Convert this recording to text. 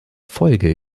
folge